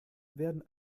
werden